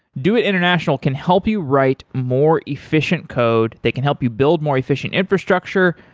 doit international can help you write more efficient code. they can help you build more efficient infrastructure.